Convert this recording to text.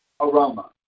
aroma